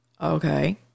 Okay